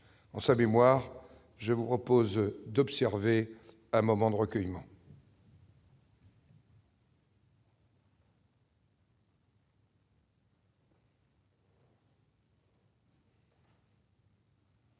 En sa mémoire, je vous propose d'observer un moment de recueillement.